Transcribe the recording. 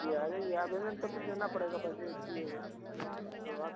जी आ जाइए आवेदन तो फिर देना पड़ेगा पहले इसलिए तो आप